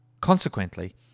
Consequently